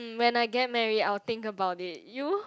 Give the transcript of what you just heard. mm when I get married I will think about it you